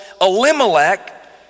Elimelech